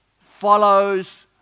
follows